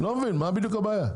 לא מבין, מה בדיוק הבעיה?